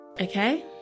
Okay